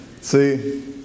See